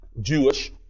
Jewish